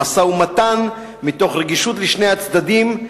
במשא-ומתן מתוך רגישות לשני הצדדים,